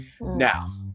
Now